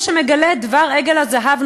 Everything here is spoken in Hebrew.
שמגלה את דבר עגל הזהב,